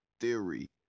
theory